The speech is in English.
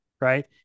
right